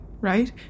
right